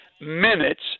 minute's